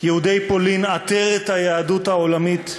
יהודי פולין, עטרת היהדות העולמית,